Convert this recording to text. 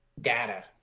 data